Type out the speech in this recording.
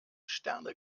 sterne